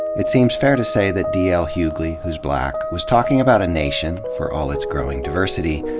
it seems fa ir to say that d l. hughley, who's black, was talking about a nation, for all its growing diversity,